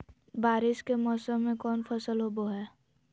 बारिस के मौसम में कौन फसल होबो हाय?